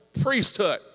priesthood